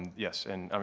yes. and um